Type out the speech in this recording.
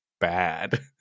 bad